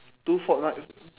two fortnite